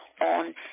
on